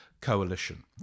coalition